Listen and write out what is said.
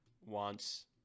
wants